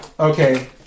Okay